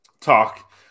talk